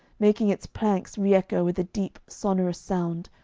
making its planks re-echo with a deep sonorous sound,